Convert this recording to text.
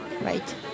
right